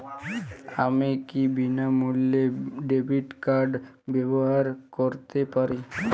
আমি কি বিনামূল্যে ডেবিট কার্ড ব্যাবহার করতে পারি?